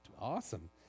awesome